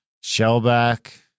Shellback